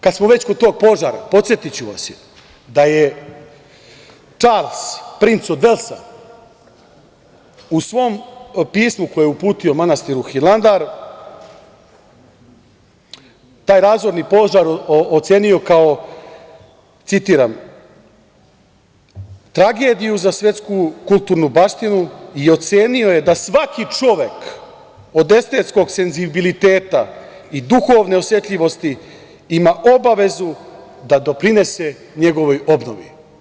Kada smo već kod tog požara, podsetiću vas da je Čarls, princ od Velsa, u svom pismu koji je uputio manastiru Hilandar, taj razorni požar ocenio kao, citiram – tragediju za svetsku kulturnu baštinu i ocenio je da svaki čovek od estetskog senzibiliteta i duhovne osetljivosti ima obavezu da doprinese njegovoj obnovi.